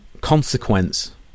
consequence